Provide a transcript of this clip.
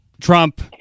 Trump